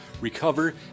recover